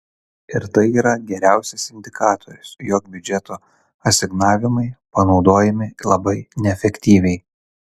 ir tai yra geriausias indikatorius jog biudžeto asignavimai panaudojami labai neefektyviai